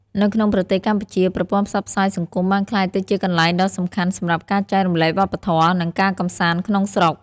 នៅក្នុងប្រទេសកម្ពុជា ប្រព័ន្ធផ្សព្វផ្សាយសង្គមបានក្លាយទៅជាកន្លែងដ៏សំខាន់សម្រាប់ការចែករំលែកវប្បធម៌ និងការកម្សាន្តក្នុងស្រុក។